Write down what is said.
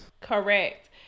Correct